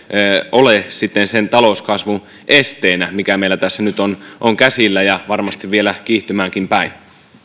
ole sitten sen talouskasvun esteenä mikä meillä tässä nyt on on käsillä ja varmasti vielä kiihtymäänkin päin